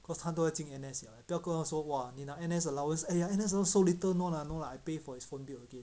cause 他都要进 N_S 了你不要跟他说 !wah! 你拿 N_S allowance !aiya! N_S allowance so little no lah no lah I pay for his phone bill again